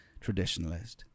traditionalist